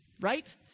right